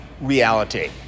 reality